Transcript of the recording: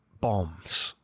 bombs